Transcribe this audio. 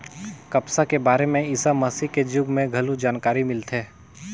कपसा के बारे में ईसा मसीह के जुग में घलो जानकारी मिलथे